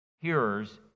hearers